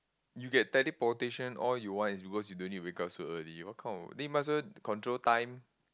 you get teleportation all you want is because you don't need to wake up so early what kind of then you might as well control time